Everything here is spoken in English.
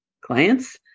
clients